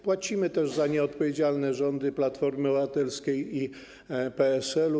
Płacimy też za nieodpowiedzialne rządy Platformy Obywatelskiej i PSL.